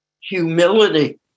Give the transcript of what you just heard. humility